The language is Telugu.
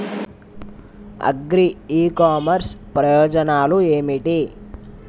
అగ్రి ఇ కామర్స్ ప్రయోజనాలు ఏమిటి?